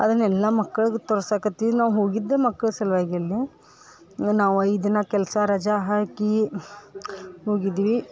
ಅದನ್ನೆಲ್ಲ ಮಕ್ಳಿಗೆ ತೋರ್ಸಕತಿದ್ದು ನಾವು ಹೋಗಿದ್ದೇ ಮಕ್ಳ ಸಲುವಾಗಿ ಅಲ್ಲಿ ನಾವು ಐದು ದಿನ ಕೆಲಸ ರಜೆ ಹಾಕಿ ಹೋಗಿದ್ವಿ